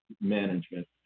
management